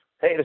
Hey